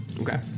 Okay